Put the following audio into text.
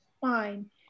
fine